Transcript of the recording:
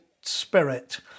spirit